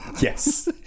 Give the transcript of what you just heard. Yes